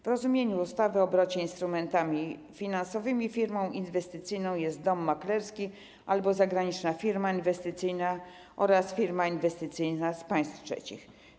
W rozumieniu ustawy o obrocie instrumentami finansowymi firmą inwestycyjną jest dom maklerski albo zagraniczna firma inwestycyjna oraz firma inwestycyjna z państw trzecich.